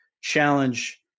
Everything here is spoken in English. challenge